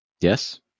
Yes